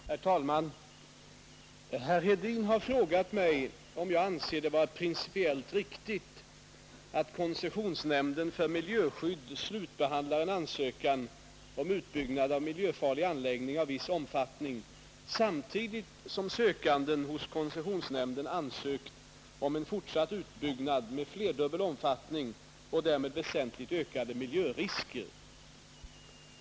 Herr talman! Herr Hedin har frågat industriministern om han anser det vara principiellt riktigt att koncessionsnämnden för miljöskydd slutbehandlar en ansökan om utbyggnad av miljöfarlig anläggning av viss omfattning samtidigt som sökanden hos koncessionsnämnden ansökt om en fortsatt utbyggnad med flerdubbel omfattning och därmed väsentligt ökade miljörisker.